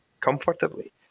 comfortably